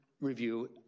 review